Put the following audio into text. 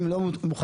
והם צריכים לעשות